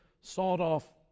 sawed-off